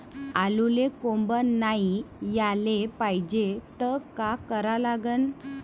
आलूले कोंब नाई याले पायजे त का करा लागन?